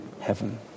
heaven